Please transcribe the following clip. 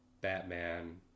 Batman